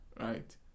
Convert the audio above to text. right